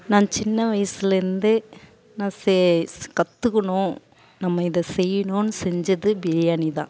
நான் சின்ன வயசுலேருந்து நான் சே ஸ் கற்றுக்குணும் நம்ம இதை செய்யணும்னு செஞ்சது பிரியாணி தான்